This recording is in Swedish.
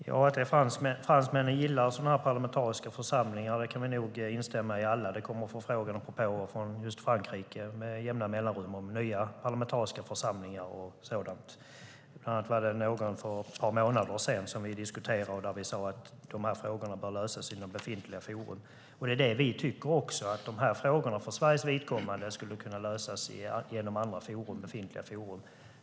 Herr talman! Att fransmännen gillar sådana här parlamentariska församlingar kan vi nog alla instämma i. Det kommer förfrågningar och propåer från just Frankrike med jämna mellanrum om nya parlamentariska församlingar och sådant. Bland annat var det någon som vi diskuterade för ett par månader sedan, och vi sade att de här frågorna bör lösas inom befintliga forum. Det är det vi tycker. De här frågorna skulle för Sveriges vidkommande kunna lösas inom befintliga forum.